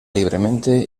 libremente